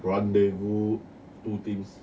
rendezvous two teams